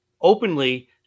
openly